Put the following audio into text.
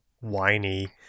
whiny